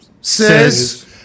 says